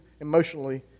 emotionally